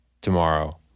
tomorrow